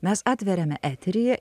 mes atveriame eterį